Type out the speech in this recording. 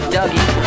Dougie